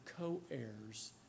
co-heirs